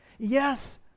Yes